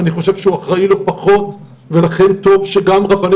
אני חושב שהוא אחראי לא פחות ולכן טוב שגם רבני